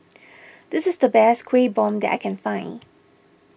this is the best Kueh Bom that I can find